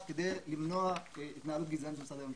כדי למנוע התנהגות גזענית במשרדי הממשלה.